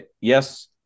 yes